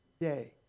Day